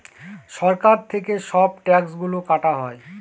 সরকার থেকে সব ট্যাক্স গুলো কাটা হয়